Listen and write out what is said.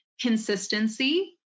consistency